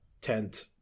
tent